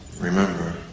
remember